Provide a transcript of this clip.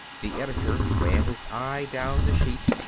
the editor ran his eye down the sheet.